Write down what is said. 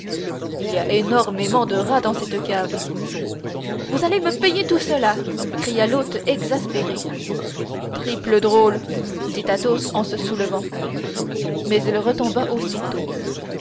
il y a énormément de rats dans cette cave vous allez me payer tout cela cria l'hôte exaspéré triple drôle dit athos en se soulevant mais il retomba aussitôt